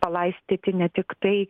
palaistyti ne tiktai